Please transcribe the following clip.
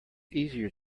easier